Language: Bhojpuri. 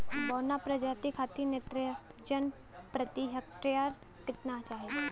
बौना प्रजाति खातिर नेत्रजन प्रति हेक्टेयर केतना चाही?